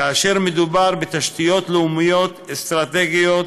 כאשר מדובר בתשתיות לאומיות אסטרטגיות,